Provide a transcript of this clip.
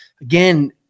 again